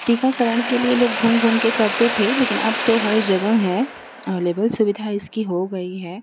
टीकाकरण के लिए लोग घूम घूमकर करते थे लेकिन अब तो हर जगह है अवलेबल सुविधा इसकी हो गई है